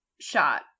shot